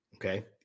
Okay